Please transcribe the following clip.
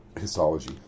histology